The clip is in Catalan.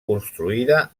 construïda